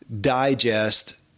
digest